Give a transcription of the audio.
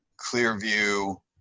Clearview